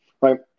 Right